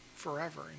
forever